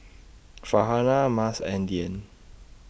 Farhanah Mas and Dian